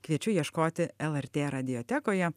kviečiu ieškoti lrt radiotekoje